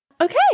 Okay